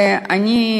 אני,